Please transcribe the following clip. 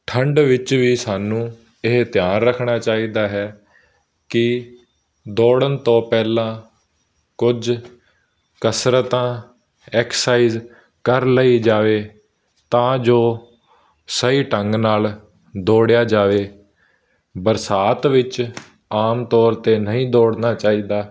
ਠੰਡ ਵਿੱਚ ਵੀ ਸਾਨੂੰ ਇਹ ਧਿਆਨ ਰੱਖਣਾ ਚਾਹੀਦਾ ਹੈ ਕਿ ਦੌੜਨ ਤੋਂ ਪਹਿਲਾਂ ਕੁਝ ਕਸਰਤਾਂ ਐਕਸਾਈਜ ਕਰ ਲਈ ਜਾਵੇ ਤਾਂ ਜੋ ਸਹੀ ਢੰਗ ਨਾਲ ਦੌੜਿਆ ਜਾਵੇ ਬਰਸਾਤ ਵਿੱਚ ਆਮ ਤੌਰ 'ਤੇ ਨਹੀਂ ਦੌੜਨਾ ਚਾਈਦਾ